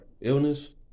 illness